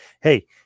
hey